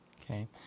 Okay